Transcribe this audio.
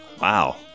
Wow